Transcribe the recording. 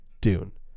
Dune